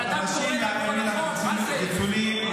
אתה לא יכול לקרוא למעבר על החוק מעל במת הכנסת.